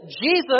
Jesus